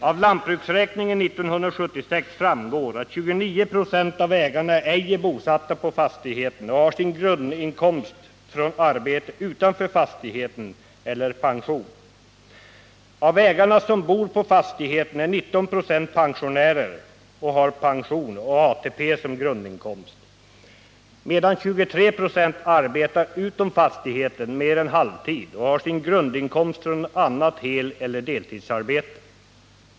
Av lantbruksräkningen 1976 framgår att 29 26 av ägarna ej är bosatta på fastigheten och har sin grundinkomst från arbetet utanför fastigheten eller pension. Av ägarna som bor på fastigheten är 19 96 pensionärer med ATP och annan pension som grundinkomst, medan 23 96 arbetar utom fastigheten mer än halvtid och har sin grundinkomst från annat heleller deltidsarbete.